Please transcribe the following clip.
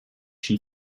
she